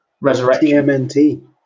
resurrection